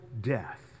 death